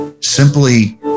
simply